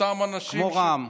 אותם אנשים, כמו רע"מ.